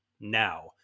Now